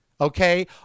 Okay